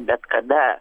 bet kada